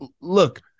look